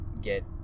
get